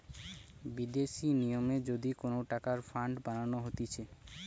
বিদেশি নিয়মে যদি কোন টাকার ফান্ড বানানো হতিছে